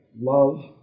love